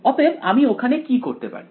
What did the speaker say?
অতএব আমি ওখানে কি করতে পারি